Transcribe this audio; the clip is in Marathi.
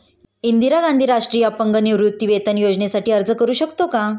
इंदिरा गांधी राष्ट्रीय अपंग निवृत्तीवेतन योजनेसाठी अर्ज करू शकतो का?